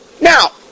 Now